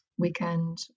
weekend